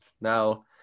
Now